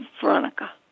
Veronica